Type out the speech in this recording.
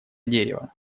дерево